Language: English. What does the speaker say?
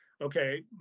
okay